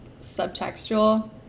subtextual